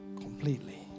completely